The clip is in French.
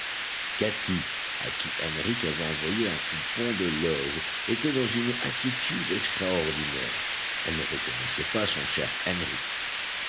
à qui henrich avait envoyé un coupon de loge était dans une inquiétude extraordinaire elle ne reconnaissait pas son cher henrich